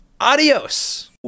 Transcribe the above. Adios